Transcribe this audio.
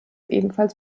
ebenfalls